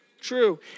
True